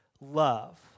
love